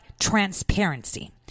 transparency